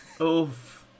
Oof